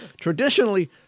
Traditionally